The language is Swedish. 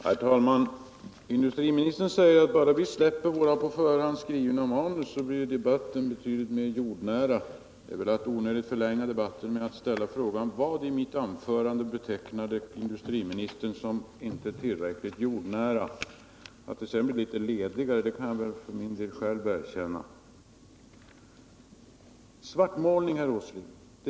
Herr talman! Industriministern säger att bara vi går ifrån våra på förhand skrivna manus blir debatten mer jordnära. Det är väl att onödigt förlänga debatten att ställa frågan: Vad i mitt anförande betecknade industriministern som inte tillräckligt jordnära? Att det blir litet ledigare utan manus kan jag själv erkänna. När det gäller svartmålning, herr Åsling, vill jag anföra några synpunkter.